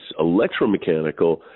electromechanical